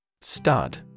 Stud